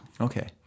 Okay